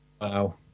wow